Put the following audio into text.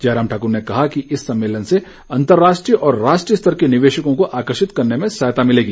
जयराम ठाकर ने कहा कि इस सम्मेलन से अंतर्राष्ट्रीय और राष्ट्रीय स्तर के निवेशकों को आकर्षित करने में सहायता मिलेगी